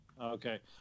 okay